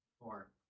four